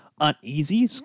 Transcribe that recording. uneasy